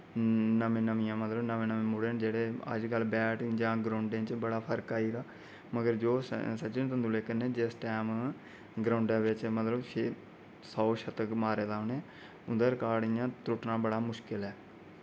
नमें नामियां मतलब नमें नमें मुड़े न जेह्ड़े अज्जकल बैट जां ग्राउंडें च बड़ा फर्क आई दा मगर जो सचिन तेंदुलेकर नै जिस टैम ग्राउंडै बिच मतलब छे सौ शतक मारे दे उनें उं'दा रिकार्ड इ'यां त्रुट्ना बड़ा मुश्कल ऐ